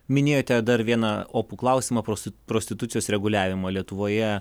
minėjote dar vieną opų klausimą prosti prostitucijos reguliavimą lietuvoje